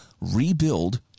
rebuild